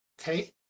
okay